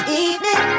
evening